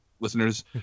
listeners